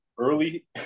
Early